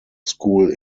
school